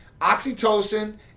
oxytocin